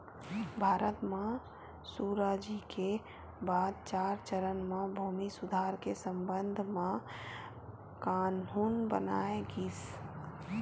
भारत म सुराजी के बाद चार चरन म भूमि सुधार के संबंध म कान्हून बनाए गिस